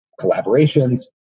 collaborations